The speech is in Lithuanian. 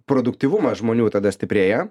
produktyvumas žmonių tada stiprėja